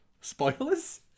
Spoilers